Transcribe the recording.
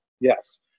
Yes